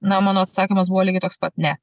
na mano atsakymas buvo lygiai toks pat ne